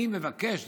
אני מבקש,